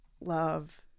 love